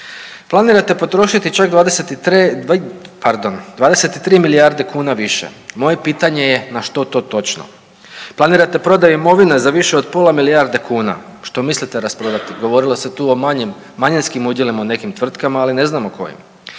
Planirate potrošiti čak 23, pardon 23 milijardi kuna više. Moje pitanje je na što to točno? Planirate prodaju imovine za više od pola milijarde kuna. Što mislite rasprodati? Govorilo se tu o manjim, manjinskim udjelima u nekim tvrtkama ali ne znamo kojim.